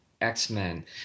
X-Men